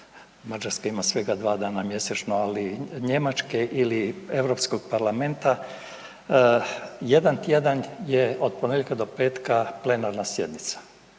Mađarska ima svega dva dana mjesečno, ali Njemačke ili Europskog parlamenta jedan tjedan je od ponedjeljka do petka plenarna sjednica.